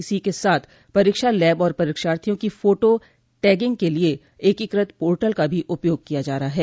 इसी के साथ परीक्षा लैब और परीक्षार्थियों की फोटो टैगिंग के लिए एकीक्र त पोर्टल का भी उपयोग किया जा रहा है